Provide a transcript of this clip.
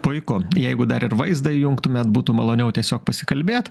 puiku jeigu dar ir vaizdą įjungtumėt būtų maloniau tiesiog pasikalbėt